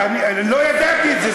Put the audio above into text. אני לא ידעתי את זה.